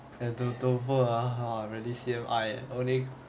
that t~ ah really C_M_I ah whole day